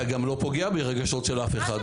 אתה גם לא פוגע ברגשות של אף אחד.